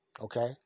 Okay